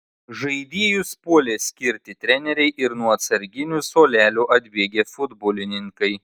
žaidėjus puolė skirti treneriai ir nuo atsarginių suolelio atbėgę futbolininkai